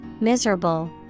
miserable